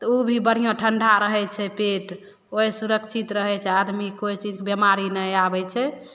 तऽ ऊ भी बढ़ियाँ ठंडा रहै छै पेट ओइ सुरक्षित रहै छै आदमी कोइ चीज बेमारी नै आबै छै